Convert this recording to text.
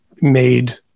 made